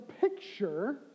picture